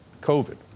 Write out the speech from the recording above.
COVID